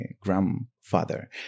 grandfather